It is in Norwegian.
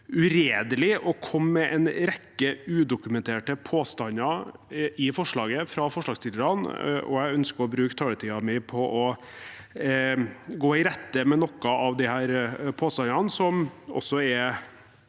uredelig at det kommer en rekke udokumenterte påstander i forslaget fra forslagsstillerne. Jeg ønsker å bruke taletiden min på å gå i rette med noen av disse påstandene, som også i